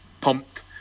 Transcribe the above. pumped